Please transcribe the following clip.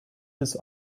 his